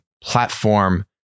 platform